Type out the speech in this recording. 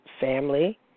family